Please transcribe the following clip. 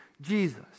Jesus